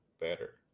better